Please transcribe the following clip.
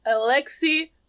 alexei